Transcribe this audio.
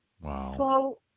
Wow